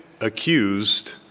accused